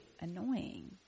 annoying